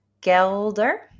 kelder